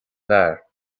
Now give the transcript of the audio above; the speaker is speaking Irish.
bhfear